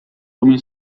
امین